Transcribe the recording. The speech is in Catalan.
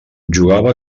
jugava